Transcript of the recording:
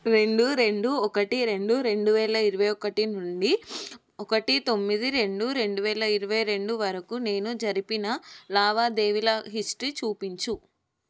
రెండు రెండు ఒకటి రెండు రెండు వేల ఇరవై ఒకటి నుండి ఒకటి తొమ్మిది రెండు రెండు వేల ఇరవై రెండు వరకు నేను జరిపిన లావాదేవీల హిస్టరీ చూపించు